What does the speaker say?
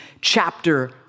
chapter